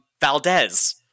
Valdez